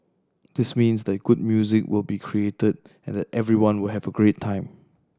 this means that good music will be created and that everyone will have a great time